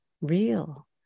real